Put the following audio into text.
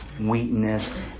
weakness